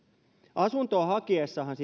asuntoa hakiessahan